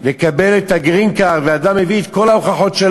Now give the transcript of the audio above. לקבלת הגרין-קארד ואדם מביא את כל ההוכחות,